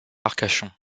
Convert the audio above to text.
arcachon